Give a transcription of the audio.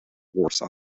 warsaw